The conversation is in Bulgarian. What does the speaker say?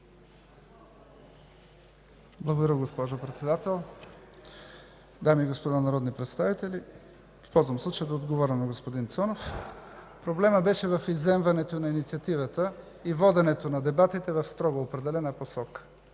Благодаря, госпожо Председател. Дами и господа народни представители, използвам случая да отговоря на господин Цонев. Проблемът беше в изземването на инициативата и воденето на дебатите в строго определена посока.